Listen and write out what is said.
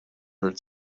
hurt